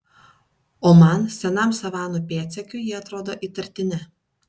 o man senam savanų pėdsekiui jie atrodo įtartini